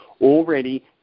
already